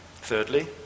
Thirdly